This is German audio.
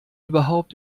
überhaupt